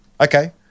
okay